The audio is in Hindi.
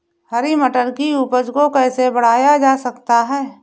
हरी मटर की उपज को कैसे बढ़ाया जा सकता है?